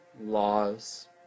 laws